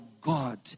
God